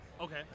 Okay